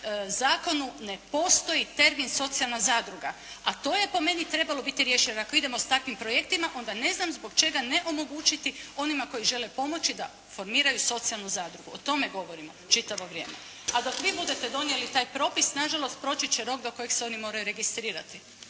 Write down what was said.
ne postoji termin socijalna zadruga, a to je po meni trebalo biti riješeno. Ako idemo s takvim projektima, onda ne znam zbog čega ne omogućiti onima koji žele pomoći da formiraju socijalnu zadrugu. O tome govorimo čitavo vrijeme, a dok vi budete donijeli taj propis, na žalost proći će rok do kojeg se oni moraju registrirati.